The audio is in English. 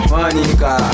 Monica